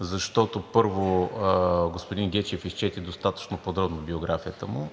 защото, първо, господин Гечев изчете достатъчно подробно биографията му.